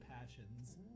passions